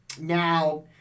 Now